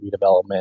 redevelopment